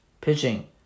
pitching